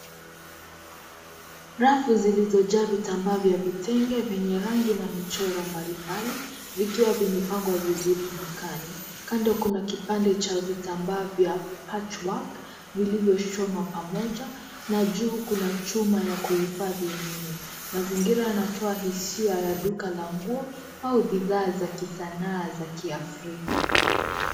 Rafu zilizojaa vitambaa vya vitenge vyenye rangi na michoro mbalimbali vikiwa vimepangwa vizuri dukani. Kando kuna kipande cha vitambaa vya patch work vilivyoshonwa pamoja na juu kuna chuma ya kuhifadhi umeme . Mazingira yanatoa hisia ya duka la nguo au bidhaa za kisanaa za kiafrika.